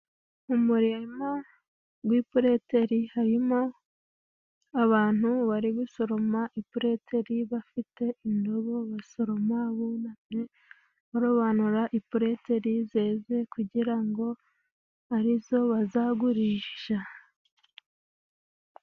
Mu murima w' ipureteri harimo abantu bari gusoroma ipureteri, bafite indobo basoroma bunamye barobanura ipureteri zeze, kugira ngo ari zo bazagurisha.